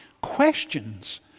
questions